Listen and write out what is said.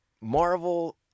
Marvel